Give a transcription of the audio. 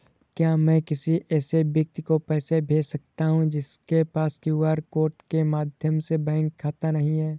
क्या मैं किसी ऐसे व्यक्ति को पैसे भेज सकता हूँ जिसके पास क्यू.आर कोड के माध्यम से बैंक खाता नहीं है?